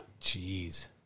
Jeez